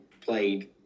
played